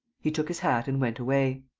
he took his hat and went away.